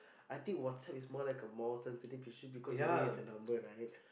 I think WhatsApp is more like a more sensitive issue because you know you have her number right